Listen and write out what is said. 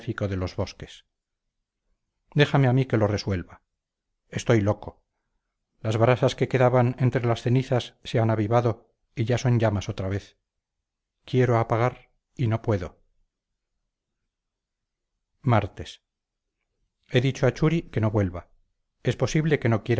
de los bosques déjame a mí que lo resuelva estoy loco las brasas que quedaban entre las cenizas se han avivado y ya son llamas otra vez quiero apagar y no puedo martes he dicho a churi que no vuelva es posible que no